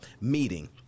meeting